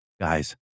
guys